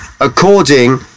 according